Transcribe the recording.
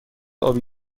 آبی